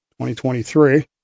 2023